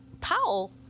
Powell